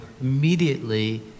immediately